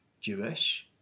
Jewish